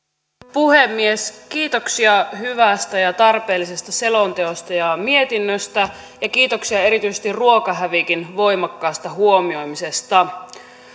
puhemies kiitoksia hyvästä ja tarpeellisesta selonteosta ja mietinnöstä ja kiitoksia erityisesti ruokahävikin voimakkaasta huomioimisesta